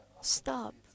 stop